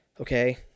Okay